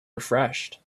refreshed